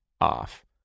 off